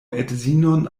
edzinon